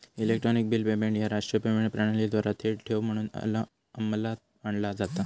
electronic bill payment ह्या राष्ट्रीय payment प्रणालीद्वारा थेट ठेव म्हणून अंमलात आणला जाता